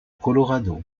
colorado